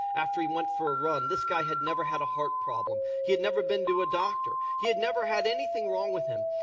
after he went for a run. this guy had never had a heart problem. he had never been to a doctor. he had never had anything wrong with him.